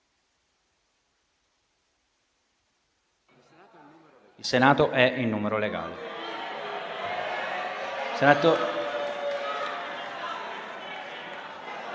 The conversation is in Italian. Il Senato è in numero legale.